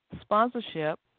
sponsorship